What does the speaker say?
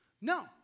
no